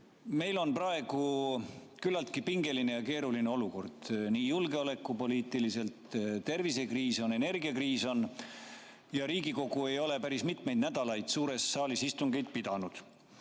Meil on praegu küllaltki pingeline ja keeruline olukord julgeolekupoliitiliselt, on tervisekriis, on energiakriis. Riigikogu ei ole päris mitmeid nädalaid suures saalis istungeid pidanud